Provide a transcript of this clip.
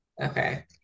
Okay